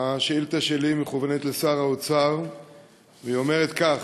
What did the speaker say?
השאילתה שלי מכוונת לשר האוצר והיא אומרת כך: